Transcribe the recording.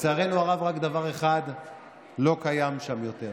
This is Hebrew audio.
לצערנו הרב, רק דבר אחד לא קיים שם יותר,